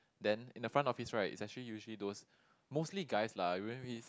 then in the front office right is actually usually those mostly guys lah you won't really